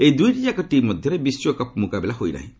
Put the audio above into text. ଏହି ଦୁଇଟି ଯାକ ଟିମ୍ ମଧ୍ୟରେ ବିଶ୍ୱକପ୍ ମୁକାବିଲା ହୋଇନାହିଁ